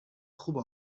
خوب